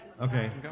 okay